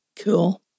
Cool